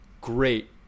great